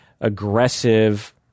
aggressive